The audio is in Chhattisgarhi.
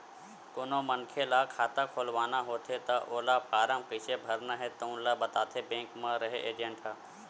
कोनो मनखे ल खाता खोलवाना होथे त ओला फारम कइसे भरना हे तउन ल बताथे बेंक म रेहे एजेंट ह